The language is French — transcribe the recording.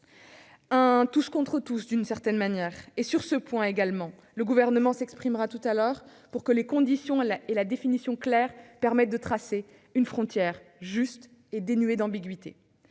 du tous contre tous. Sur ce point également, le Gouvernement s'exprimera tout à l'heure pour que des conditions et une définition claires permettent de tracer une frontière juste et dénuée d'ambiguïté.